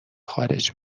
خارج